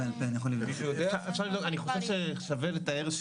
צריך לזכור שעד הבסיס אתה מקבל מחיר מלא.